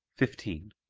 fifteen.